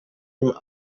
him